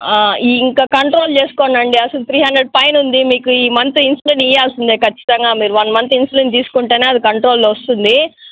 ఇంక కంట్రోల్ చేసుకోండి అండి అసలు త్రీ హండ్రెడ్ పైన ఉంది మీకు ఈ మంత్ ఇన్సులిన్ ఇయ్యల్సిందే ఖచ్చితంగా మీరు వన్ మంత్ ఇన్సులిన్ తీసుకుంటేనే అది కంట్రోల్లోకి వస్తుంది